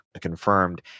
confirmed